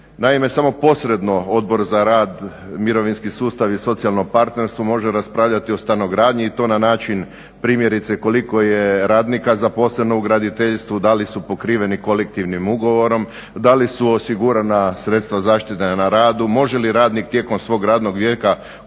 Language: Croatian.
Naime, samo posredno Odbor za rad, mirovinski sustav i socijalno partnerstvo može raspravljati o stanogradnji i to na način primjerice koliko je radnika zaposleno u graditeljstvu da li su pokriveni kolektivnim ugovorom, da li su osigurana sredstva zaštite na radu, može li radnik tijekom svog radnog vijeka kupiti